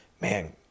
Man